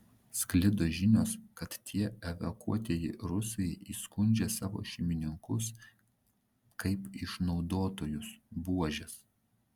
sklido žinios kad tie evakuotieji rusai įskundžia savo šeimininkus kaip išnaudotojus buožes